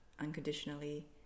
unconditionally